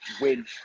win